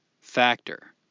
factor